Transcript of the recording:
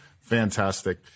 Fantastic